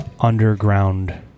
underground